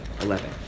eleven